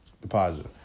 Deposit